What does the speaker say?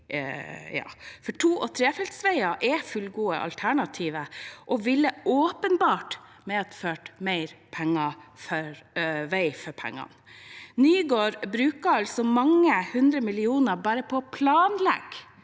To- og trefeltsveier er fullgode alternativer og ville åpenbart medført mer vei for pengene. Statsråd Nygård bruker altså mange hundre millioner bare på å planlegge